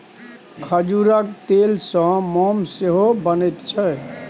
खजूरक तेलसँ मोम सेहो बनैत छै